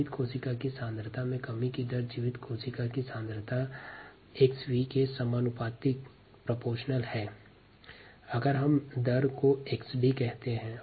जीवित कोशिका की सांद्रता के घटने की दर जीवित कोशिका की सांद्रता xv के समानुपाती होता है